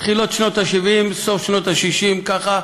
בתחילת שנות ה-70, סוף שנות ה-60, ככה,